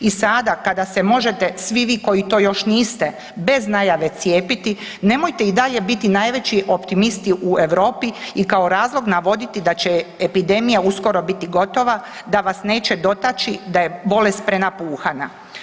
I sada kada se možete svi vi koji to još niste bez najave cijepiti, nemojte i dalje biti najveći optimisti u Europi i kao razlog navoditi da će epidemija uskoro biti gotova, da vas neće dotaći, da je bolest prenapuhana.